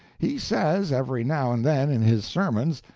he says, every now and then in his sermons,